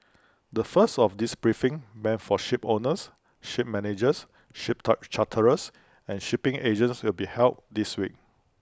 the first of these briefings meant for shipowners ship managers ship charterers and shipping agents will be held this week